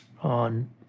on